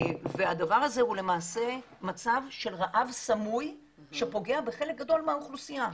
הדבר הזה הוא למעשה מצב של רעב סמוי שפוגע בחלק גדול מהאוכלוסייה.